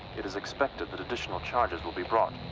it is expected that additional charges will be brought.